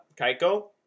Kaiko